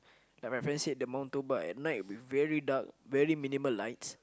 like my friend said the motorbike at night very dark very minimal lights